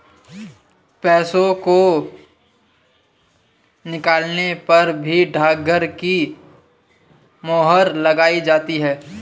पैसों को निकालने पर भी डाकघर की मोहर लगाई जाती है